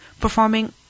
performing